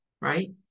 right